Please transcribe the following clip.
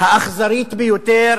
האכזרית ביותר